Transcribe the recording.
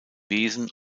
wesen